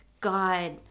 God